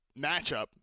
matchup